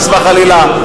חס וחלילה,